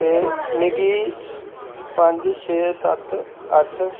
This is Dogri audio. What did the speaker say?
ते मिगी पंज छे सत्त अट्ठ